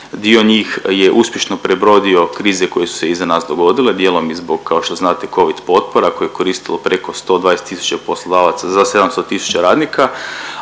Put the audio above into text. Dio njih je uspješno prebrodio krize koje su se iza nas dogodile, dijelom i zbog, kao što znate Covid potpora koje je koristilo preko 120 tisuća poslodavaca za 700 tisuća radnika,